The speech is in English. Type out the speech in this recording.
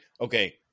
okay